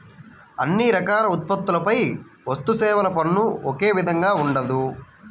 అన్ని రకాల ఉత్పత్తులపై వస్తుసేవల పన్ను ఒకే విధంగా ఉండదు